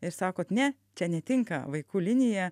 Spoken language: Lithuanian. ir sakot ne čia netinka vaikų linija